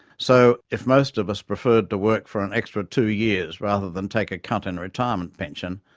so if most of us preferred to work for an extra two years rather than take a cut in retirement pension,